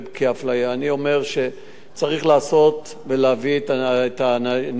אני אומר שצריך לעשות ולהביא את הנאשמים לדין.